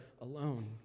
alone